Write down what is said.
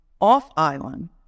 off-island